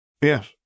Yes